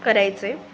करायचं आहे